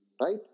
right